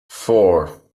four